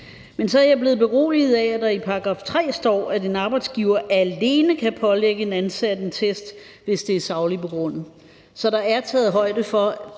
Men så er jeg blevet beroliget af, at der i § 3 står, at en arbejdsgiver alene kan pålægge en ansat en test, hvis det er sagligt begrundet. Så der er taget højde for,